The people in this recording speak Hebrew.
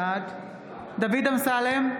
בעד דוד אמסלם,